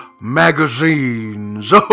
magazines